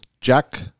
Jack